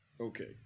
Okay